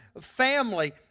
family